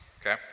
okay